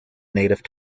native